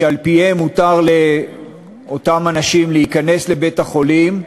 שעל-פיהם מותר לאותם אנשים להיכנס לבית-החולים,